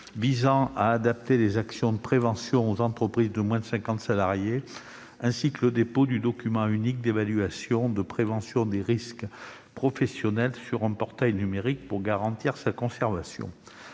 visant à adapter les actions de prévention aux entreprises de moins de cinquante salariés, ainsi que le dépôt du document unique d'évaluation et de prévention des risques professionnels sur un portail numérique pour garantir sa conservation.